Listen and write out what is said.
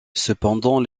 cependant